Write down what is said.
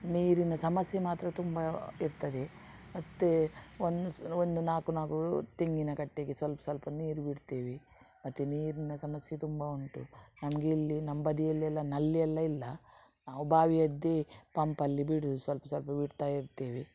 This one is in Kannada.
ನೀರಿನ ಸಮಸ್ಯೆ ಮಾತ್ರ ತುಂಬ ಇರ್ತದೆ ಮತ್ತು ಒಂದು ಸಹ ಒಂದು ನಾಲ್ಕು ನಾಲ್ಕು ತೆಂಗಿನ ಕಟ್ಟೆಗೆ ಸ್ವಲ್ಪ ಸ್ವಲ್ಪ ನೀರು ಬಿಡ್ತೀವಿ ಮತ್ತೆ ನೀರಿನ ಸಮಸ್ಯೆ ತುಂಬ ಉಂಟು ನಮಗೆ ಇಲ್ಲಿ ನಮ್ಮ ಬದಿಯಲ್ಲೆಲ್ಲ ನಲ್ಲಿಯೆಲ್ಲ ಇಲ್ಲ ನಾವು ಬಾವಿಯದ್ದೇ ಪಂಪಲ್ಲಿ ಬಿಡೋದು ಸ್ವಲ್ಪ ಸ್ವಲ್ಪ ಬಿಡ್ತಾಯಿರ್ತೇವೆ